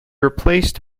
replaced